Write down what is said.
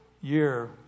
year